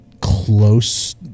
close